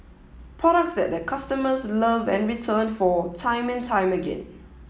products that their customers love and return for time and time again